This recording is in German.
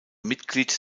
mitglied